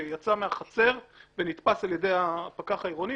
שיצא מהחצר ונתפס על ידי הפקח העירוני,